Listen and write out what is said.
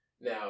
now